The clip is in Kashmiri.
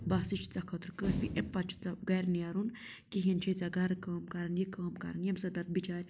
بَس یہِ چھُ ژےٚ خٲطرٕ کٲفی امہِ پَتہٕ چھُنہٕ ژےٚ گَرِ نیرُن کِہیٖنۍ چھے ژےٚ گَرٕ کٲم کَرٕنۍ یہِ کٲم کَرٕنۍ ییٚمہِ سۭتۍ پَتہٕ بِچارِ